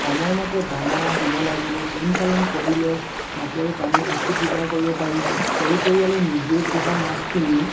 সময়মতে দানা দিব লাগিব মীন পালন কৰিলে মাটি আৰু পানীৰ উচিত ব্যৱহাৰ কৰিব পাৰি সৰু পৰিয়ালে নিজে পোহা মাছখিনি